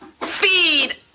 feed